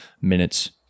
minutes